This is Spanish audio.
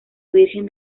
virgen